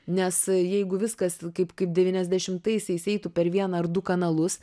nes jeigu viskas kaip kaip devyniasdešimtaisiais eitų per vieną ar du kanalus